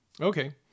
Okay